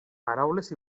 paraules